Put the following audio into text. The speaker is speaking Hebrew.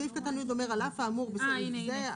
סעיף קטן (י) אומר: על אף האמור בסעיף זה,